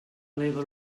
eleva